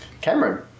Cameron